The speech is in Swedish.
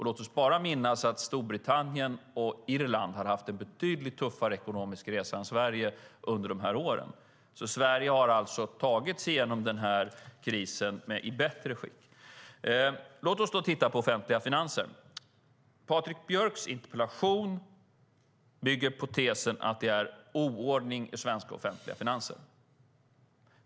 Låt oss bara komma ihåg att Storbritannien och Irland har haft en betydligt tuffare ekonomisk resa än Sverige under de här åren. Sverige har alltså tagit sig igenom krisen i bättre skick. Låt oss då titta på de offentliga finanserna. Patrik Björks interpellation bygger på tesen att det är oordning i svenska offentliga finanser.